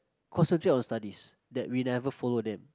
concentrate on studies that we never follow them